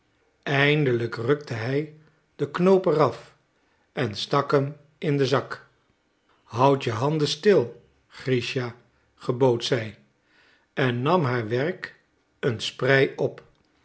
eindelijk rukte hij den knoop er af en stak hem in den zak houd je handen stil grischa gebood zij en nam haar werk een sprei op die